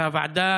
בוועדה